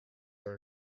are